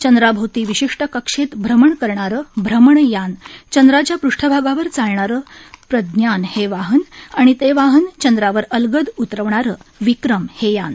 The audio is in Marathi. चंद्राभोवती विशिष्ट कक्षेत भ्रमण करणारं भ्रमणयान चंद्राच्या पृष्ठभागावर चालणारं प्रज्ञान हे वाहन आणि ते वाहन चंद्रावर अलगद उतरवणारं विक्रम हे यान